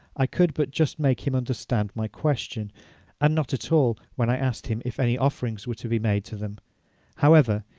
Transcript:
i could but just make him understand my question and not at all, when i asked him if any offerings were to be made to them however,